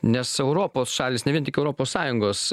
nes europos šalys ne vien tik europos sąjungos